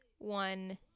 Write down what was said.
one